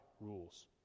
rules